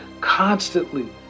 constantly